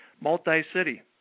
multi-city